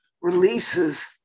releases